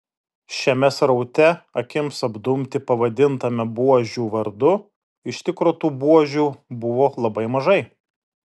šiame sraute akims apdumti pavadintame buožių vardu iš tikro tų buožių buvo labai mažai